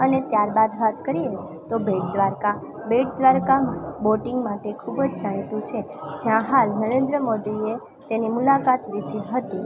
અને ત્યારબાદ વાત કરીએ તો બેટ દ્વારિકા બેટ દ્વારિકા બોટિંગ માટે ખૂબ જ જાણીતું છે જ્યાં હાલ નરેન્દ્ર મોદીએ તેની મુલાકાત લીધી હતી